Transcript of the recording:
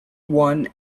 one